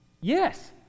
Yes